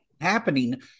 happening